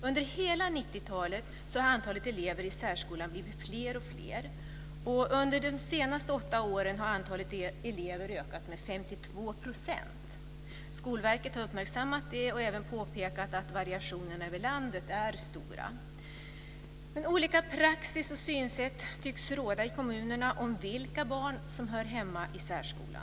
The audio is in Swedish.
Under hela 90-talet har antalet elever i särskolan blivit fler och fler, och under de senaste åtta åren har antalet elever ökat med 52 %. Skolverket har uppmärksammat detta och även påpekat att variationerna över landet är stora. Men olika praxis och synsätt tycks råda i kommunerna om vilka barn som hör hemma i särskolan.